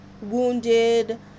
wounded